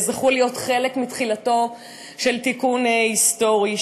זכו להיות חלק מתחילתו של תיקון היסטורי,